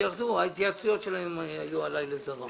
ההתייעצויות שלהם היו עלי לזרה.